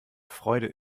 freude